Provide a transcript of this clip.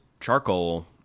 charcoal